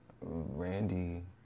Randy